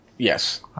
Yes